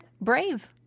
Brave